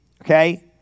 okay